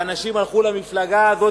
ואנשים הלכו למפלגה הזאת,